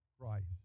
Christ